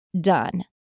done